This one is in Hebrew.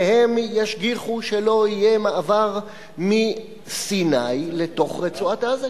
והם ישגיחו שלא יהיה מעבר מסיני לתוך רצועת-עזה,